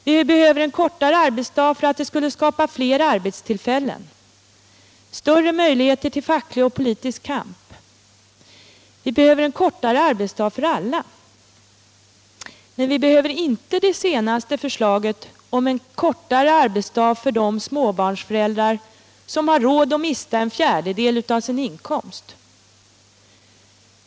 Vi behöver en kortare arbetsdag därför att det skulle skapa fler arbetstillfällen och större möjligheter till facklig och politisk kamp. Vi behöver en kortare arbetsdag för alla. Men vi behöver inte det senaste förslaget om en kortare arbetsdag för de småbarnsföräldrar som har råd att mista en fjärdedel av sin inkomst.